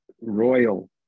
royal